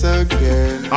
again